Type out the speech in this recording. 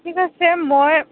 ঠিক আছে মই